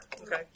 Okay